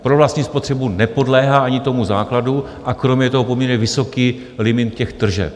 Pro vlastní spotřebu nepodléhá ani tomu základu, a kromě toho poměrně vysoký limit tržeb.